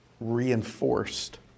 reinforced